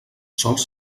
sols